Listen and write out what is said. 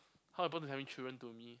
how important is having children to me